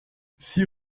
six